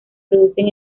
producen